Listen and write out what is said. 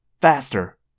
faster